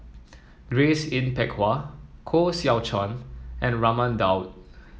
Grace Yin Peck Ha Koh Seow Chuan and Raman Daud